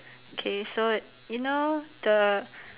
K so you know the